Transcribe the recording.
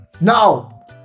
Now